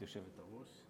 כבוד היושבת-ראש,